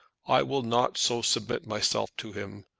i will not so submit myself to him.